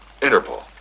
Interpol